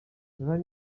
nie